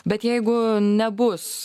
bet jeigu nebus